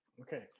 Okay